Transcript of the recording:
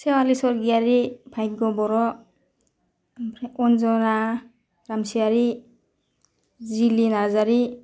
सेवालि स्वर्गयारी बायग' बर' अनजना रामसियारि जिलि नार्जारी